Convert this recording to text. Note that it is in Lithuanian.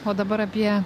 o dabar apie